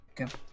Okay